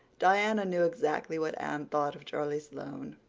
diana knew exactly what anne thought of charlie sloane